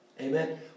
Amen